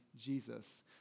Jesus